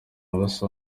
basa